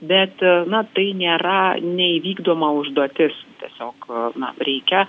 bet na tai nėra neįvykdoma užduotis tiesiog na reikia